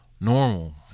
normal